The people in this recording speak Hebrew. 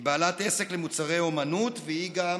היא בעלת עסק למוצרי אומנות והיא גם